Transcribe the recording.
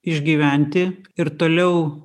išgyventi ir toliau